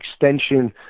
extension